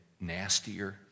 nastier